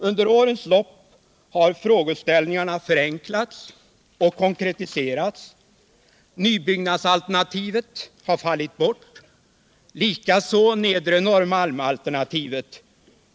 Under årens lopp har frågeställningarna förenklats och konkretiserats. Nybyggnadsalternativet har fallit bort. likaså Nedre Norrmalmsalternativet.